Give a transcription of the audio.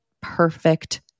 perfect